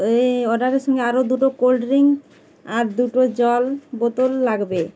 এই অর্ডারের সঙ্গে আরও দুটো কোল্ড ড্রিঙ্ক আর দুটো জল বোতল লাগবে